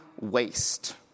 waste